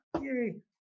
Yay